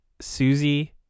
Susie